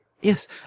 Yes